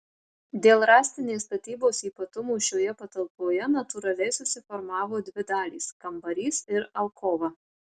dėl rąstinės statybos ypatumų šioje patalpoje natūraliai susiformavo dvi dalys kambarys ir alkova